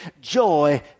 joy